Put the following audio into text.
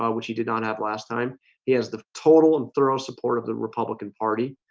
um which he did not have last time he has the total and thorough support of the republican party,